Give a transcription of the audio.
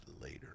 later